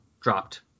dropped